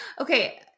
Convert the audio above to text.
Okay